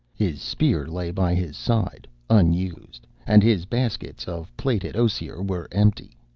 his spear lay by his side unused, and his baskets of plaited osier were empty.